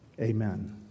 amen